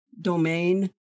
domain